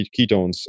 ketones